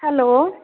hello